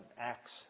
Acts